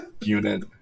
unit